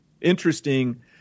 interesting